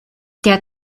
der